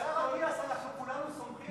על השר אטיאס אנחנו כולנו סומכים,